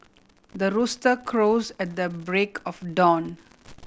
the rooster crows at the break of dawn